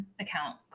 account